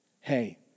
Hey